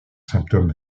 symptôme